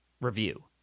review